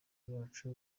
bacu